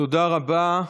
תודה רבה.